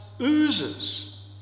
oozes